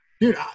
Dude